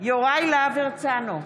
יוראי להב הרצנו,